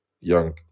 young